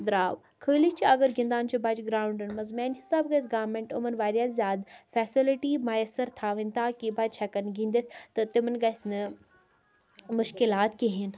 درٛاو خٲلی چھِ اگر گِنٛدان چھِ بَچہِ گراوُنٛڈَن منٛز میٛانہِ حِساب گَژھِ گارمٮ۪نٛٹ یِمَن وارِیاہ زیادٕ فٮ۪سَلٹی مَیَسَر تھاوٕنۍ تاکہِ بَچہِ ہٮ۪کَن گِنٛدِتھ تہٕ تِمَن گَژھِ نہٕ مُشکِلات کِہیٖنۍ